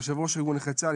יושב ראש ארגון נכי צה"ל,